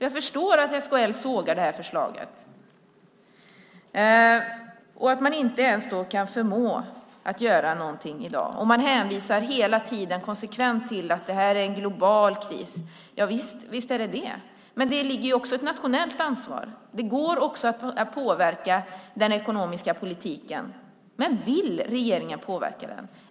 Jag förstår att SKL sågar det här förslaget. Man förmår inte ens göra någonting i dag. Man hänvisar hela tiden konsekvent till att det här är en global kris. Javisst, det är det. Men det finns också ett nationellt ansvar. Det går att påverka den ekonomiska politiken. Men vill regeringen påverka den?